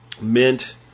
mint